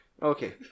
Okay